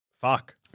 Fuck